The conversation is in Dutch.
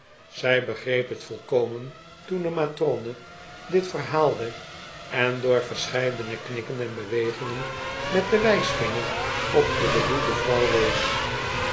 zij begreep t volkomen toen de matrone dit verhaalde en door verscheidene knikken en bewegingen met den wijsvinger op de bedoelde